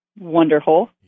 wonderful